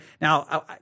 Now